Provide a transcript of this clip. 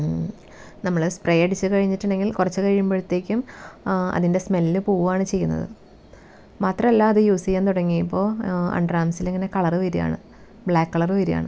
നമ്മൾ സ്പ്രേ അടിച്ചു കഴിഞ്ഞിട്ടുണ്ടെങ്കിൽ കുറച്ചു കഴിയുമ്പോഴത്തേക്കും അതിൻ്റെ സ്മെല്ല് പോവുകയാണ് ചെയ്യുന്നത് മാത്രമല്ല അത് യൂസ് ചെയ്യാൻ തുടങ്ങിയപ്പോൾ അണ്ടർ ആർമ്സിൽ ഇങ്ങനെ കളറ് വരുകയാണ് ബ്ലാക്ക് കളറ് വരികയാണ്